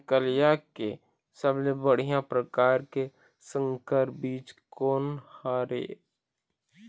रमकलिया के सबले बढ़िया परकार के संकर बीज कोन हर ये?